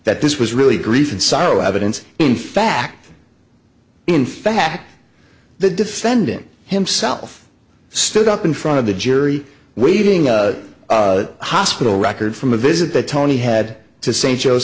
that this was really grief and sorrow evidence in fact in fact the defendant himself stood up in front of the jury waving a hospital record from a visit that tony had to st joe's